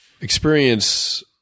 experience